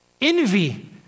Envy